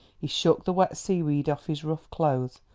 he shook the wet seaweed off his rough clothes,